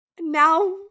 Now